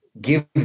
give